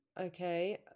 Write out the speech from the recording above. Okay